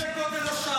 ממש.